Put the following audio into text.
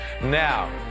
Now